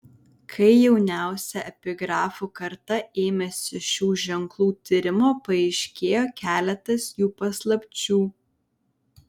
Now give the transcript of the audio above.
kai jauniausia epigrafų karta ėmėsi šių ženklų tyrimo paaiškėjo keletas jų paslapčių